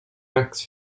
rex